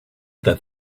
that